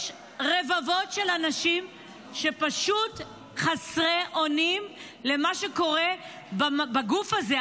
יש רבבות של אנשים שפשוט חסרי אונים למה שקורה בגוף הזה.